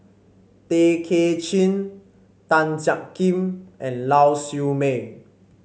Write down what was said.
Tay Kay Chin Tan Jiak Kim and Lau Siew Mei